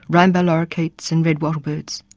rainbow lorikeets and red wattlebirds.